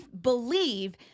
believe